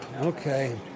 Okay